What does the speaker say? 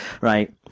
right